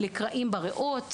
קרעים בריאות,